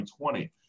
2020